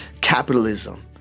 capitalism